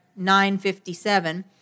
9-57